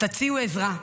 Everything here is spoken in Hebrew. תציעו עזרה.